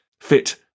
fit